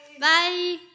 Bye